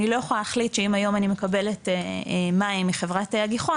אני לא יכולה להחליט שאם היום אני מקבלת מים מחברת הגיחון,